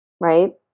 right